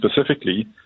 specifically